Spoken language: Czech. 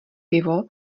pivo